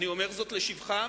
אני אומר זאת לשבחם,